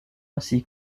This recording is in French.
ainsi